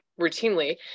routinely